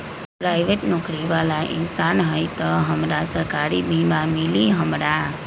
Private नौकरी बाला इंसान हई त हमरा सरकारी बीमा मिली हमरा?